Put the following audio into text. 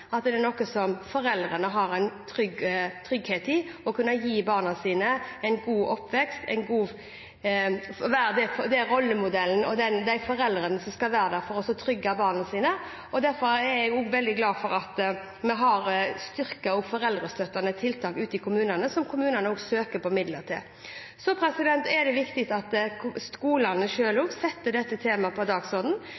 at foreldrene er trygge i å kunne gi barna sine en god oppvekst og være de rollemodellene og de foreldrene som skal til for å trygge barna sine. Derfor er jeg veldig glad for at vi også har styrket foreldrestøttende tiltak ute i kommunene, som kommunene også søker på midler til. Så er det viktig at skolene